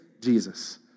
Jesus